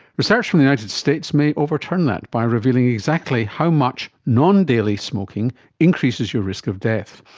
research from the united states may overturn that by revealing exactly how much non-daily smoking increases your risk of death.